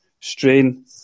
Strain